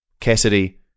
Cassidy